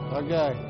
okay